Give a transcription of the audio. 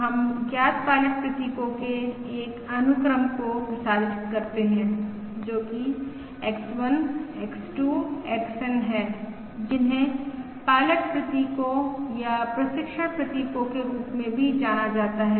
हम ज्ञात पायलट प्रतीकों के एक अनुक्रम को प्रसारित करते हैं जो कि X1 X2 XN हैं जिन्हें पायलट प्रतीकों या प्रशिक्षण प्रतीकों के रूप में भी जाना जाता है